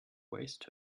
waste